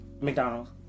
McDonald's